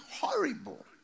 Horrible